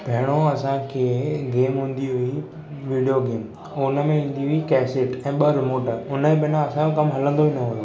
पहिरियों असांखे गेम हून्दी हुई विडियो गेम ऐं हुन में ईन्दी हुई केसेट ऐं ॿ रिमोट उन बिना असांजो कमु हलंदो ही न हो